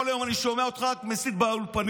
כל יום אני שומע אותך רק מסית באולפנים.